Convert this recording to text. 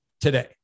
today